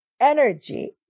energy